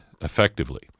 effectively